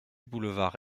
boulevard